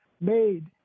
made